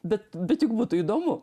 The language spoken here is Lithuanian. bet bet juk būtų įdomu